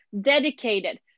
dedicated